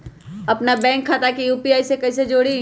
अपना बैंक खाता के यू.पी.आई से कईसे जोड़ी?